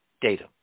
data